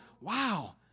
wow